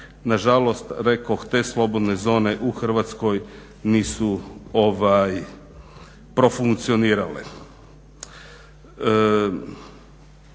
Nažalost rekoh te slobodne zone u Hrvatskoj nisu profunkcionirale.